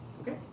okay